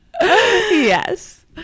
Yes